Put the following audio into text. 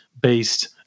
based